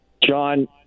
john